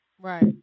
right